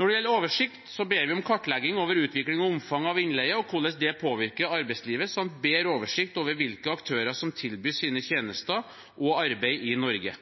Når det gjelder oversikt, ber vi om kartlegging over utvikling og omfang av innleie og hvordan det påvirker arbeidslivet, samt bedre oversikt over hvilke aktører som tilbyr tjenester og arbeid i Norge.